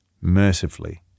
mercifully